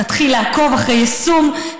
נתחיל לעקוב אחרי היישום,